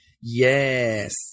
Yes